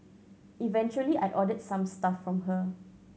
eventually I ordered some stuff from her